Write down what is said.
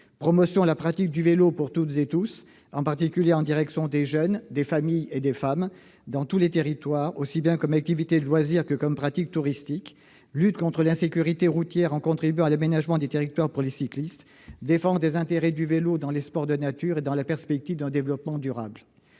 promotion de la pratique du vélo pour toutes et tous, en particulier les jeunes, les familles et les femmes, dans tous les territoires, aussi bien comme activité de loisir que comme pratique touristique ; lutte contre l'insécurité routière en contribuant à l'aménagement des territoires pour les cyclistes ; défense des intérêts du vélo dans les sports de nature et dans la perspective d'un développement durable.